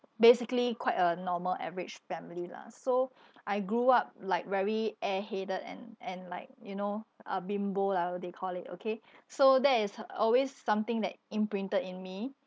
basically quite a normal average family lah so I grew up like very airheaded and and like you know uh bimbo lah they call it okay so that is always something that imprinted in me